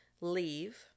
Leave